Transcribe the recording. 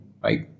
Bye